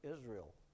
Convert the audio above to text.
Israel